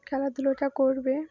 খেলাধুলোটা করবে